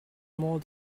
more